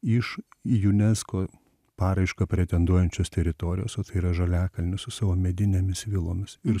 iš į junesko paraišką pretenduojančios teritorijos o tai yra žaliakalnis su savo medinėmis vilomis ir